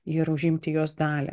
ir užimti jos dalį